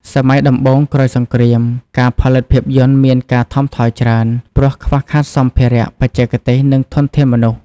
សម័យដំបូងក្រោយសង្គ្រាម ការផលិតភាពយន្តមានការថមថយច្រើន ព្រោះខ្វះខាតសម្ភារៈ បច្ចេកទេស និងធនធានមនុស្ស។